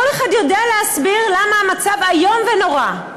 כל אחד יודע להסביר למה המצב איום ונורא.